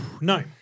No